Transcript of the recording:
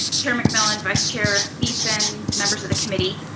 chair mcmillan, vice chair beeson, members of the committee.